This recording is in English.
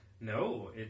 No